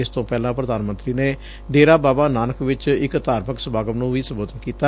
ਇਸ ਤੋਂ ਪਹਿਲਾਂ ਪ੍ਰਧਾਨ ਮੰਤਰੀ ਨੇ ਡੇਰਾ ਬਾਬਾ ਨਾਨਕ ਵਿਚ ਇਕ ਧਾਰਮਿਕ ਸਮਾਗਮ ਨੂੰ ਵੀ ਸੰਬੋਧਨ ਕੀਤਾ